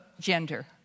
gender